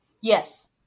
yes